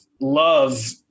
love